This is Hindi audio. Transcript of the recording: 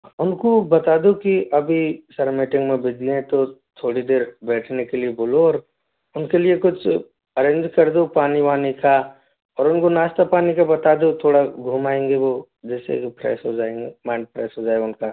उनको बता दो कि अभी सर मीटिंग में बिजी हैं तो थोड़ी देर बैठने के लिए बोलो और उनके लिए कुछ अरेंज कर दो पानी वानी का और उनको नाश्ता पानी का बता दो थोड़ा घूम आएंगे वो जैसे रिफ्रेश हो जाएंगे माइंड फ्रेश हो जाएगा उनका